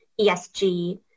esg